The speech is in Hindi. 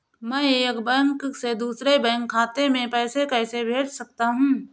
मैं एक बैंक से दूसरे बैंक खाते में पैसे कैसे भेज सकता हूँ?